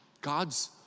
God's